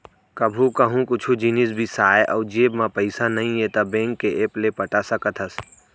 कभू कहूँ कुछु जिनिस बिसाए अउ जेब म पइसा नइये त बेंक के ऐप ले पटा सकत हस